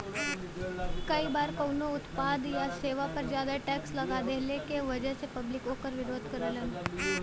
कई बार कउनो उत्पाद या सेवा पर जादा टैक्स लगा देहले क वजह से पब्लिक वोकर विरोध करलन